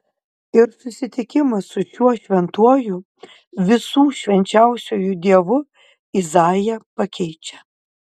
ir susitikimas su šiuo šventuoju visų švenčiausiuoju dievu izaiją pakeičia